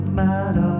matter